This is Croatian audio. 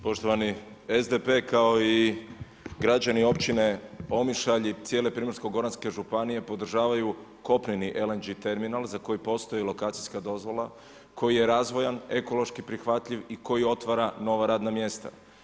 Poštovani, SDP kao i građani Općine Omišalj i cijele Primorsko-goranske županije podržavaju kopneni LNG terminal za koji postoji lokacijska dozvola, koji je razvojan, ekološki prihvatljiv i koji otvara nova radna mjesta.